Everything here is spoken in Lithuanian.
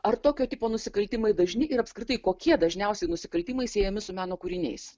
ar tokio tipo nusikaltimai dažni ir apskritai kokie dažniausiai nusikaltimai siejami su meno kūriniais